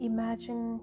Imagine